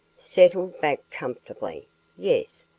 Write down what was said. settled back comfortably yes,